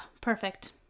perfect